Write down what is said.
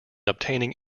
obtaining